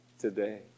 today